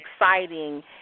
exciting